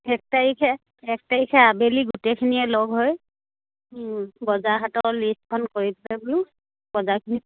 এক তাৰিখে এক তাৰিখে আবেলি গোটেইখিনিয়ে লগ হৈ বজাৰ হাটৰ লিষ্টখন কৰি পাই বোলো বজাৰখিনি